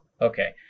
Okay